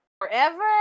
forever